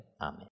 Amen